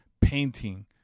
painting